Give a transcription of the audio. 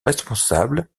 responsable